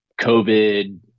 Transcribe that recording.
COVID